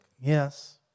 Yes